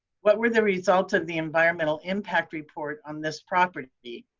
what were the results of the environmental impact report on this property?